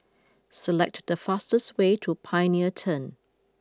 select the fastest way to Pioneer Turn